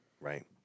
Right